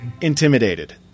Intimidated